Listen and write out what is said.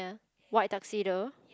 white tuxedo